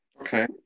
Okay